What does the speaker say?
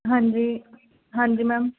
ਹਾਂਜੀ ਹਾਂਜੀ ਮੈਮ